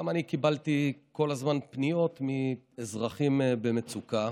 גם אני קיבלתי כל הזמן פניות מאזרחים במצוקה,